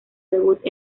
debut